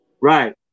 Right